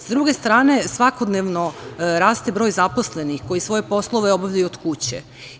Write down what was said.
S druge strane, svakodnevno raste broj zaposlenih koji svoje poslove obavljaju od kuće.